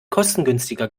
kostengünstiger